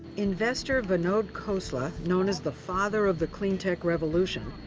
investor vinod khosla, known as the father of the clean tech revolution,